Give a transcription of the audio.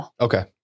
Okay